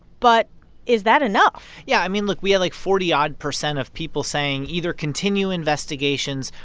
but is that enough? yeah. i mean, look. we had, like, forty odd percent of people saying, either continue investigations,